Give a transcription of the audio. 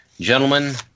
Gentlemen